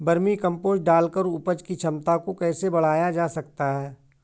Vermi compost डालकर उपज की क्षमता को कैसे बढ़ाया जा सकता है?